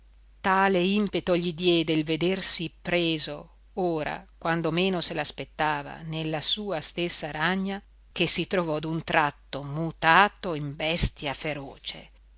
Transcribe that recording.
tale impeto gli diede il vedersi preso ora quando meno se l'aspettava nella sua stessa ragna che si trovò d'un tratto mutato in bestia feroce